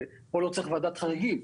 ופה לא צריך ועדת חריגים,